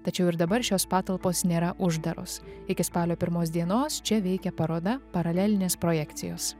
tačiau ir dabar šios patalpos nėra uždaros iki spalio pirmos dienos čia veikia paroda paralelinės projekcijos